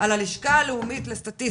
על הלשכה המרכזית לסטטיסטיקה,